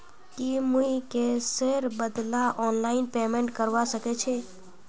की मुई कैशेर बदला ऑनलाइन पेमेंट करवा सकेछी